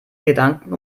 gedanken